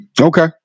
Okay